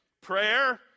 Prayer